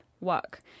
work